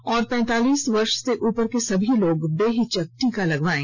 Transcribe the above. और पैंतालीस वर्ष से उपर के सभी लोग बेहिचक टीका लगवायें